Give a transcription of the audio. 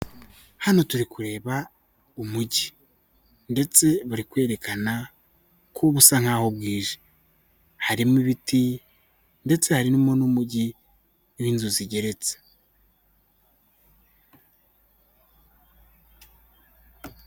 Hano turi kureba umujyi ndetse buri kwerekana ko busa nkahoho bwije, harimo ibiti ndetse harimo n'umujyi n'inzu zigeretse.